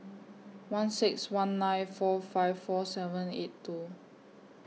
one six one nine four five four seven eight two